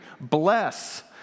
bless